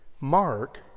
Mark